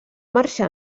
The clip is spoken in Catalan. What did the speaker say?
marxar